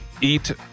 eat